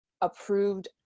approved